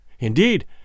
Indeed